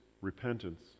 repentance